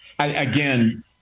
Again